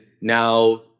now